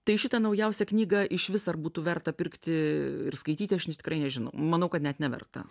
tai šitą naujausią knygą iš vis ar būtų verta pirkti ir skaityti aš tikrai nežinau manau kad net neverta